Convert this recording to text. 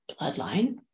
bloodline